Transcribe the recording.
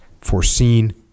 foreseen